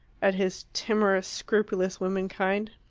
at his timorous, scrupulous women-kind.